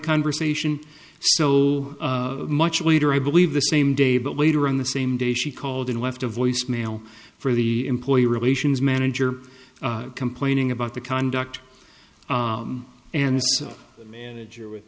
conversation so much later i believe the same day but later on the same day she called and left a voicemail for the employee relations manager complaining about the conduct and the manager with